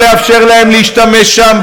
לא לאפשר להם להשתמש שם,